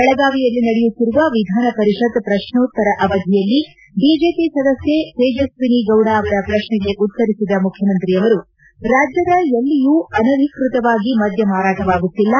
ಬೆಳಗಾವಿಯಲ್ಲಿ ನಡೆಯುತ್ತಿರುವ ವಿಧಾನಪರಿಷತ್ ಪ್ರಶೋತ್ತರ ಅವಧಿಯಲ್ಲಿ ಬಿಜೆಪಿ ಸದಸ್ಕೆ ತೇಜಸ್ವಿನಿಗೌಡ ಅವರ ಪ್ರಶ್ನೆಗೆ ಉತ್ತರಿಸಿದ ಮುಖ್ಯಮಂತ್ರಿಯವರು ರಾಜ್ಯದ ಎಲ್ಲಿಯೂ ಅನಧಿಕೃತವಾಗಿ ಮದ್ದ ಮಾರಾಟವಾಗುತ್ತಿಲ್ಲ